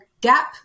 gap